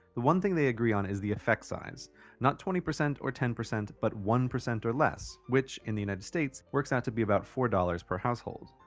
the one thing they agree on is the effect size not twenty percent or ten percent but one percent or less, which, in the united states, works out to be about four dollars per household.